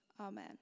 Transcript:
Amen